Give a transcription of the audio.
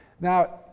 Now